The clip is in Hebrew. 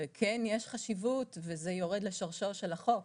וכן יש חשיבות וזה דבר שיורד לשורשו של החוק